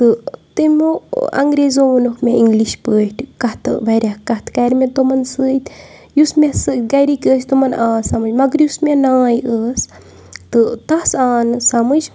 تہٕ تِمو انٛگریزو ووٚنُکھ مےٚ اِنٛگلِش پٲٹھۍ کَتھٕ واریاہ کَتھٕ کَرِ مےٚ تِمَن سۭتۍ یُس مےٚ سُہ گَرِکۍ ٲسۍ تِمَن آو سَمٕجھ مگر یُس مےٚ نانۍ ٲس تہٕ تَس آو نہٕ سَمٕجھ